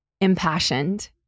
Impassioned